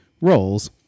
roles